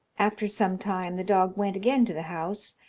after some time the dog went again to the house,